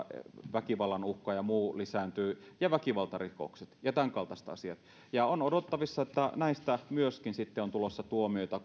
väkivallan uhka ja muu lisääntyy väkivaltarikokset ja tämänkaltaiset asiat on odotettavissa että myöskin näistä tämänkaltaista ongelmista on sitten tulossa tuomioita